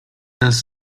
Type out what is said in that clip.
raz